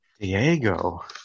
Diego